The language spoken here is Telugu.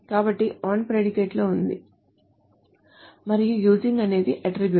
కాబట్టి on ప్రిడికేట్లో ఉంది మరియు using అనేది అట్ట్రిబ్యూట్